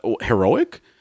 heroic